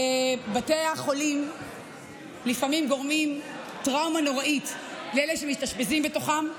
בתי החולים לפעמים גורמים טראומה נוראית לאלה שמתאשפזים בהם,